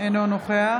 אינו נוכח